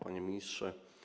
Panie Ministrze!